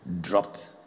dropped